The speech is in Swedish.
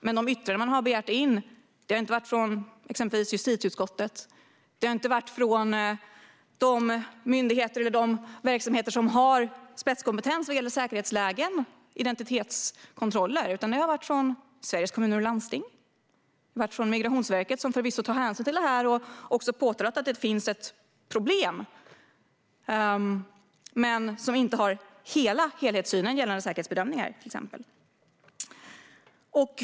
Men de yttranden man har begärt in har inte kommit från exempelvis justitieutskottet eller från myndigheter och verksamheter som har spetskompetens när det gäller säkerhetsbedömningar och identitetskontroller. I stället har man begärt in yttranden från Sveriges kommuner och landsting och Migrationsverket, som förvisso också har påtalat att det finns problem men inte har en helhetssyn när det gäller till exempel säkerhetsbedömningar.